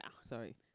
Sorry